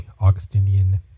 Augustinian